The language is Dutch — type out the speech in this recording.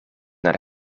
naar